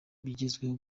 bigezweho